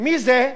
ומי זה?